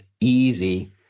easy